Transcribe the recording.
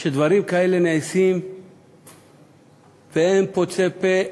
כשדברים כאלה נעשים ואין פוצה פה,